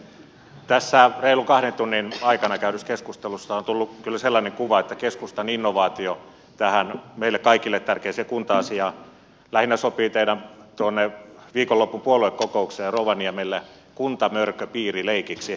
tässä reilun kahden tunnin aikana käydystä keskustelusta on tullut kyllä sellainen kuva että keskustan innovaatio tähän meille kaikille tärkeään kunta asiaan lähinnä sopii tuonne teidän viikonlopun puoluekokoukseenne rovaniemelle kuntamörköpiirileikiksi